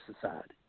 society